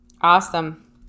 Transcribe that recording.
Awesome